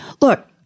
Look